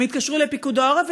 הם התקשרו לפיקוד העורף,